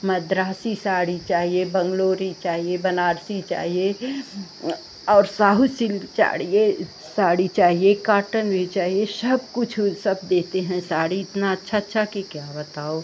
मद्रासी साड़ी चाहिए बंगलोरी चाहिए बनारसी चाहिए हुं और साहू सिल्क चाड़िए साड़ी चाहिए काटन भी चाहिए सब कुछ ऊ सब देते हैं साड़ी इतनी अच्छी अच्छी कि क्या बताऊँ